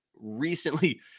recently